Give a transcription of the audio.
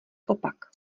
opak